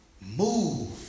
Move